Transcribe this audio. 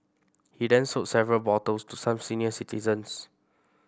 he then sold several bottles to some senior citizens